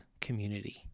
community